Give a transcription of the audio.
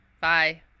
Bye